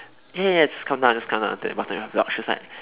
ya ya ya just come down just come down to the bottom of your block she was like